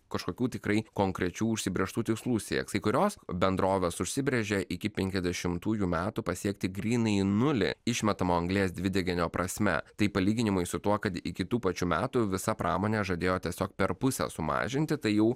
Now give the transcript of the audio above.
kažkokių tikrai konkrečių užsibrėžtų tikslų sieks kai kurios bendrovės užsibrėžė iki penkiasdešimtųjų metų pasiekti grynai nulį išmetamo anglies dvideginio prasme tai palyginimai su tuo kad iki tų pačių metų visa pramonė žadėjo tiesiog per pusę sumažinti tai jau